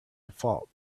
default